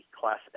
class